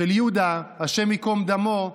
של יהודה, השם ייקום דמו,